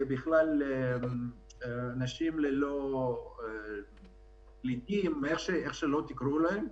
פליטים או איך שלא תקראו להם.